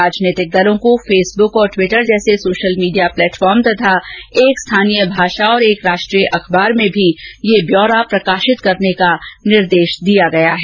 राजनीतिक दलों को फेसबुक और ट्विटर जैसे सोशल मीडिया प्लेटफार्म तथा एक स्थानीय भाषा और एक राष्ट्रीय अखबार में भी यह ब्यौरा प्रकाशित कराने का निर्देश दिया गया है